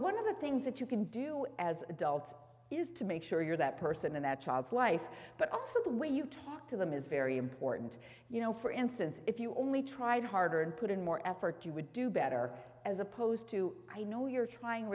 one of the things that you can do as adults is to make sure that person in that child's life but also the way you talk to them is very important you know for instance if you only tried harder and put in more effort you would do better as opposed to i know you're trying